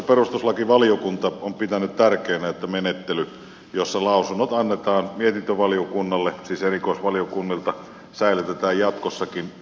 perustuslakivaliokunta on pitänyt tärkeänä että menettely jossa lausunnot annetaan erikoisvaliokunnilta mietintövaliokunnalle säilytetään jatkossakin